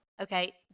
okay